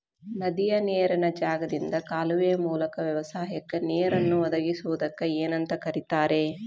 ನದಿಯ ನೇರಿನ ಜಾಗದಿಂದ ಕಾಲುವೆಯ ಮೂಲಕ ವ್ಯವಸಾಯಕ್ಕ ನೇರನ್ನು ಒದಗಿಸುವುದಕ್ಕ ಏನಂತ ಕರಿತಾರೇ?